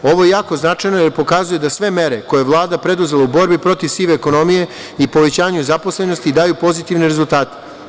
Ovo je jako značajno, jer pokazuje da sve mere koje je Vlada preduzela u borbi protiv sive ekonomije i povećanju zaposlenosti daju pozitivne rezultate.